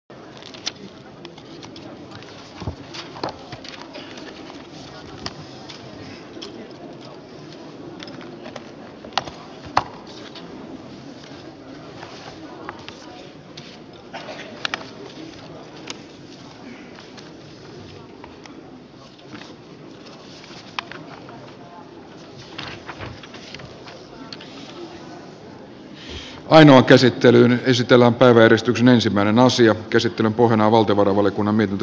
ainoa käsittelyyn esitellään päiväjärjestyksen ensimmäinen aasian käsittelyn pohjana on valtiovarainvaliokunnan mietintö